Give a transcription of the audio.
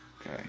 okay